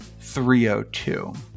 302